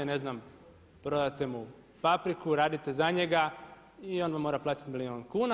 Ne znam prodate mu papriku, radite za njega i on vam mora platiti milijun kuna.